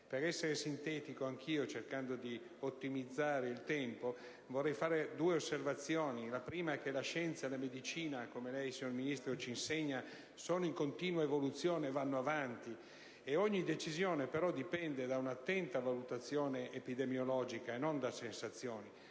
Per essere sintetico anch'io, cercando di ottimizzare il tempo, vorrei fare due osservazioni. La prima è che la scienza e la medicina, come lei, signor Ministro, c'insegna, sono in continua evoluzione e vanno avanti. Ogni decisione dipende però da un'attenta valutazione epidemiologica e non da sensazioni.